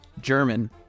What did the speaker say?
German